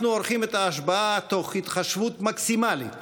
אנחנו עורכים את ההשבעה מתוך התחשבות מקסימלית